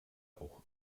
auch